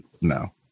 no